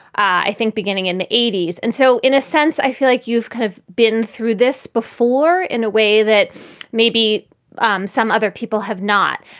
i think beginning in the eighty s. and so in a sense, i feel like you've kind of been through this before in a way that maybe um some other people have not.